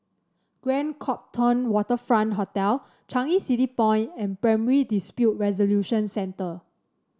Grand Copthorne Waterfront Hotel Changi City Point and Primary Dispute Resolution Centre